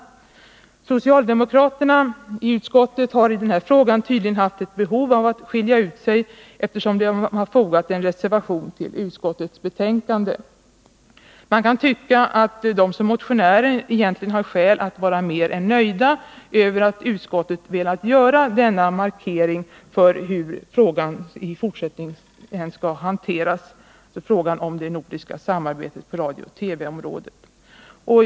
Socialdemokraterna i utskottet har i denna fråga tydligen haft ett behov av att skilja ut sig, eftersom de har fogat en reservation till utskottets Nr 48 betänkande. Man kan tycka att de som motionärer egentligen har skäl att vara mer än nöjda över att utskottet velat göra denna markering för den fortsatta hanteringen av frågan om det nordiska samarbetet på radio/ TV-området.